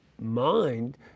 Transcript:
mind